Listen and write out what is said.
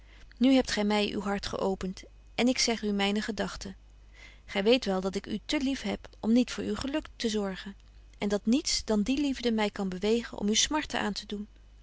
nu hebt gy my uw hart geöpent en ik zeg u myne gedagten gy weet wel dat ik u te lief heb om niet voor uw geluk te zorgen en dat niets dan die liefde my kan bewegen om u smarte aan te doen